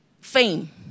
fame